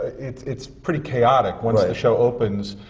it's it's pretty chaotic once the show opens.